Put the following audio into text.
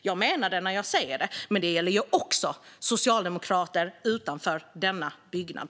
Jag menar det när jag säger det, men det gäller ju också socialdemokrater utanför denna byggnad.